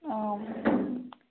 অঁ